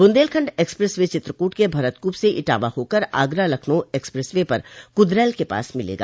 Bundelkhand expressway Chitrakoot के भरतकूप से इटावा होकर आगरा लखनऊ एक्सप्रेस वे पर कुदरैल के पास मिलेगा